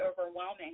overwhelming